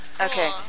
Okay